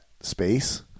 space